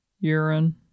urine